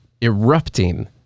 erupting